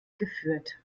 geführt